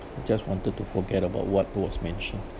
just wanted to forget about what was mentioned